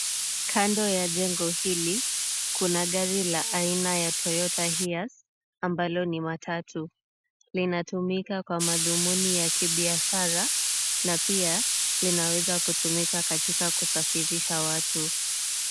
Kando ya jengo hili kuna gari la aina ya toyota hiace ambalo ni matatu. Linatumika kwa madhumuni ya kibiashara na pia linaweza kutumika katika kusafirisha watu.